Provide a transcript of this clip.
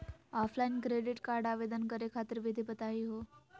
Offline credit card आवेदन करे खातिर विधि बताही हो?